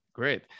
Great